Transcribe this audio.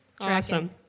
Awesome